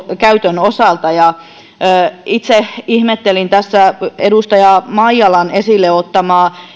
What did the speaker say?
käytön osalta itse ihmettelin tässä edustaja maijalan esille ottamaa